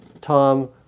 Tom